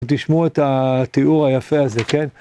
תשמעו את התיאור היפה הזה, כן?